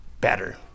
better